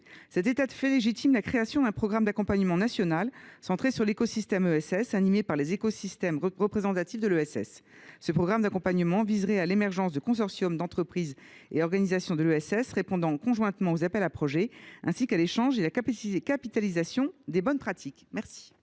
Cet état de fait légitime la création d’un programme d’accompagnement national centré sur l’écosystème ESS et animé par les écosystèmes représentatifs de l’ESS. Ce programme d’accompagnement viserait à l’émergence de consortiums d’entreprises et d’organisations de l’ESS, répondant conjointement aux appels à projets, ainsi qu’à l’échange et à la capitalisation des bonnes pratiques. La